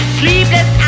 sleepless